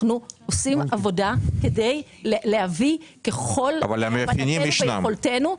אנחנו עושים עבודה כדי להביא ככל הבנתנו ויכולתנו.